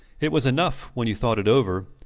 it was enough, when you thought it over,